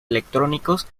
electrónicos